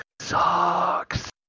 Sucks